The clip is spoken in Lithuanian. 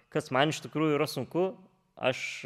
kas man iš tikrųjų yra sunku aš